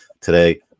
today